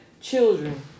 children